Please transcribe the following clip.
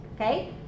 okay